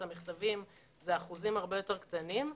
המכתבים זה אחוזים הרבה יותר קטנים.